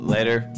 Later